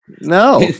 No